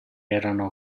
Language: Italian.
erano